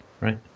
right